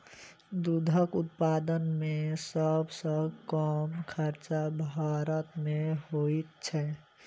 दूधक उत्पादन मे सभ सॅ कम खर्च भारत मे होइत छै